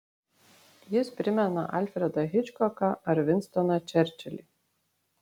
jis primena alfredą hičkoką ar vinstoną čerčilį